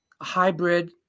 hybrid